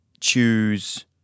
choose